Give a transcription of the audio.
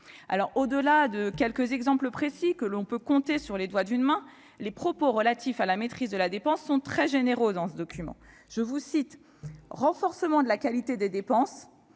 euros. Au-delà de quelques exemples précis, que l'on peut compter sur les doigts d'une main, les propos relatifs à la maîtrise de la dépense sont très généraux dans ce document. Il y est question de « renforcement de la qualité des dépenses